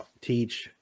teach